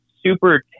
super